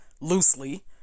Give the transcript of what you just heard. loosely